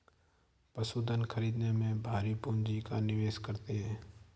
पशुधन खरीदने में भारी पूँजी का निवेश करते हैं